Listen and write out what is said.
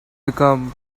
become